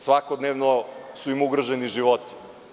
Svakodnevno su im ugroženi životi.